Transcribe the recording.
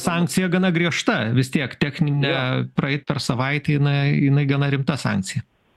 sankcija gana griežta vis tiek techninę praeit per savaitę jinai jinai gana rimtas sankcija